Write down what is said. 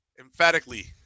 emphatically